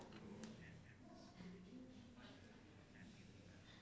yup